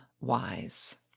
Wise